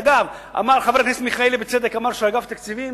אגב, אמר חבר הכנסת מיכאלי, בצדק, שאגף תקציבים